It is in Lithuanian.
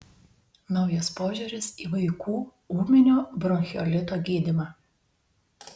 naujas požiūris į vaikų ūminio bronchiolito gydymą